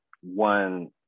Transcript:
one